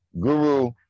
Guru